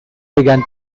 began